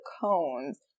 cones